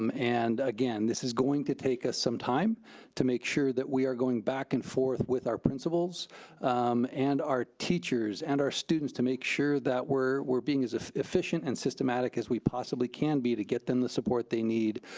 um and, again, this is going to take us some time to make sure that we are going back and forth with our principals and our teachers and our students to make sure that we're we're being as efficient and systematic as we possibly can be to get them the support they need,